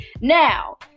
now